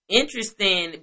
interesting